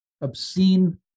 obscene